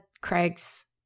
Craig's